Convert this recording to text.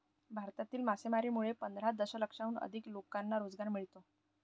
भारतातील मासेमारीमुळे पंधरा दशलक्षाहून अधिक लोकांना रोजगार मिळतो